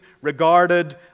regarded